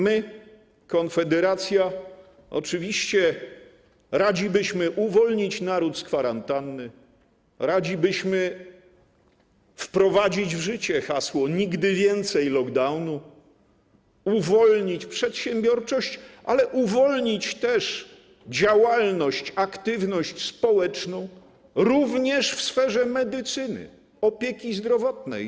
My, Konfederacja, oczywiście radzi byśmy uwolnić naród z kwarantanny, radzi byśmy wprowadzić w życie hasło: nigdy więcej lockdownu, uwolnić przedsiębiorczość, a także działalność, aktywność społeczną również w sferze medycyny, opieki zdrowotnej.